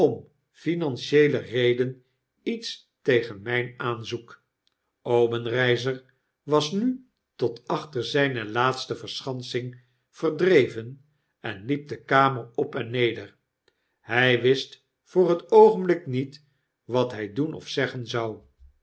financieele reden iets tegen mijn aanzoek obenreizer was nu tot achter zijne laatste verschansing verdreven enliep de kamer op en neder hg wist voor het oogenblik niet wat hg doen of zeggen zou